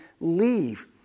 leave